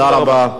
תודה רבה.